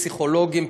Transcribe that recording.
פסיכולוגים,